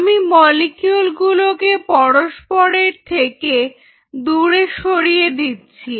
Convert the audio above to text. আমি মলিকিউল গুলোকে পরস্পরের থেকে দূরে সরিয়ে দিচ্ছি